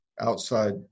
outside